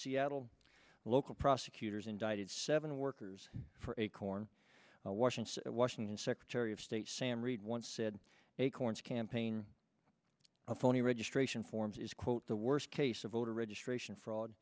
seattle local prosecutors indicted seven workers for acorn a washington washington secretary of state sam reed once said acorn's campaign of phony registration forms is quote the worst case of voter registration